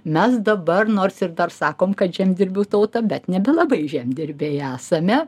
mes dabar nors ir dar sakom kad žemdirbių tauta bet nebelabai žemdirbiai esame